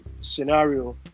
scenario